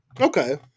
Okay